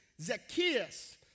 Zacchaeus